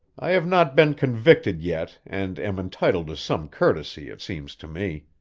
i have not been convicted yet and am entitled to some courtesy, it seems to me.